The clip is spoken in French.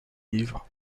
livres